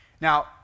Now